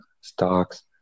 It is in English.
stocks